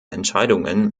entscheidungen